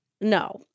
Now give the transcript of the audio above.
No